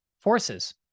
forces